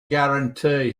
guarantee